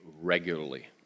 regularly